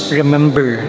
remember